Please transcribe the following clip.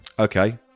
Okay